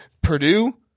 Purdue